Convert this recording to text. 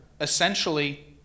Essentially